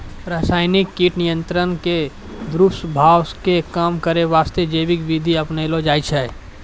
रासायनिक कीट नियंत्रण के दुस्प्रभाव कॅ कम करै वास्तॅ जैविक विधि अपनैलो जाय छै